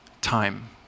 time